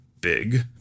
big